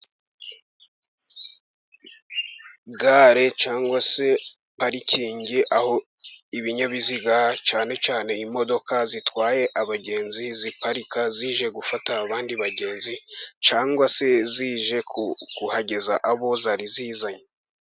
Gare cyangwa se parikingi, aho ibinyabiziga cyane cyane imodoka zitwaye abagenzi, ziparika zije gufata abandi bagenzi, cyangwa se zije kuhageza abo zari zizanye.